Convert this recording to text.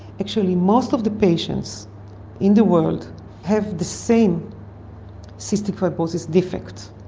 actually most of the patients in the world have the same cystic fibrosis defect,